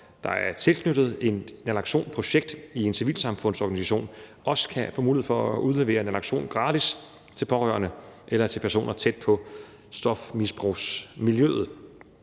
der er tilknyttet et naloxonprojekt i en civilsamfundsorganisation, også kan få mulighed for at udlevere naloxon gratis til pårørende eller til personer tæt på stofmisbrugsmiljøet.